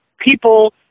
people